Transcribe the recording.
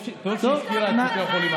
טוב שהיא הזכירה את בתי החולים.